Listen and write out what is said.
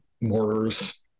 mortars